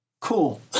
cool